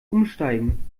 umsteigen